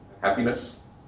happiness